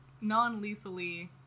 non-lethally